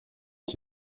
uko